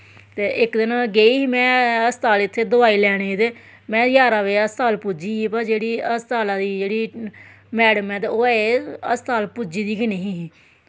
ते इक दिन गेई ही में हस्ताल इत्थें दवाई लैने ते में जारां बजे हस्ताल पुज्जी व जेह्ड़ी हस्ताला दी जेह्ड़ी मैडम ऐ ते ओह् अजें हस्ताल पुज्जी दी गै निं ही